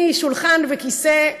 משולחן וכיסא.